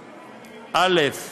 -הספר אל-עזאזמה ג',